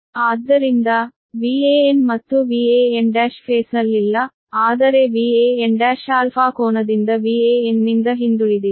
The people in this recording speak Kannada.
ಆದ್ದರಿಂದ Van ಮತ್ತು Van1 ಹಂತದಲ್ಲಿಲ್ಲ ಆದರೆ Van1 α ಕೋನದಿಂದ Van ನಿಂದ ಹಿಂದುಳಿದಿದೆ